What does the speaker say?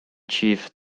chief